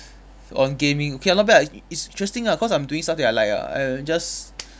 on gaming okay lah not bad ah it it's interesting lah cause I'm doing stuff that I like ah and just